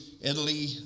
Italy